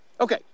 Okay